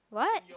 what